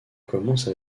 commence